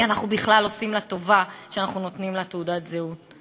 כי אנחנו בכלל עושים לה טובה שאנחנו נותנים לה תעודת זהות.